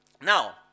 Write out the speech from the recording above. now